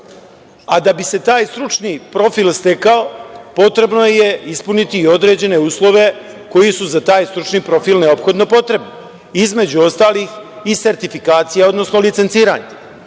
Da bi se taj stručni profil stekao, potrebno je ispuniti i određene uslove koji su za taj stručni profil neophodno potrebne. Između ostalih i sertifikacija, odnosno licenciranje. Ovde